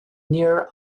near